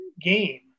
game